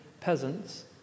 peasants